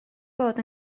bod